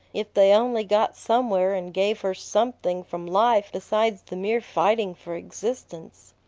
if they only got somewhere and gave her something from life besides the mere fighting for existence.